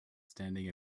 standing